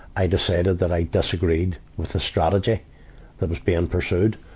i decided that i disagreed with the strategy that was being pursued,